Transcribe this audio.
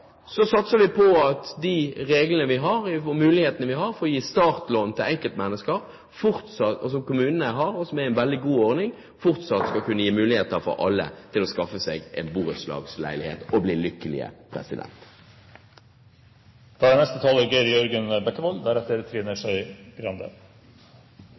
Så satser vi på at de reglene vi har, og de mulighetene kommune har for å gi startlån til enkeltmennesker, som er en veldig god ordning, fortsatt skal kunne gi muligheter for alle til å skaffe seg en borettslagsleilighet – og bli lykkelige. De endringene i borettslagsloven m.m. som er